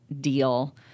deal